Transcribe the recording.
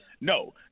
no